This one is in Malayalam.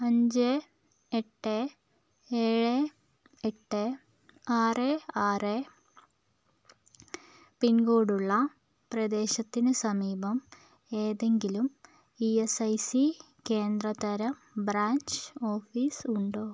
അഞ്ച് എട്ട് ഏഴ് എട്ട ആറ് ആറ് പിൻകോഡുള്ള പ്രദേശത്തിന് സമീപം ഏതെങ്കിലും ഇഎസ്ഐസി കേന്ദ്ര തരം ബ്രാഞ്ച് ഓഫീസ് ഉണ്ടോ